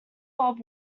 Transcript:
bob